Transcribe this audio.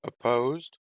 opposed